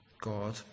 God